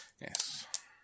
Yes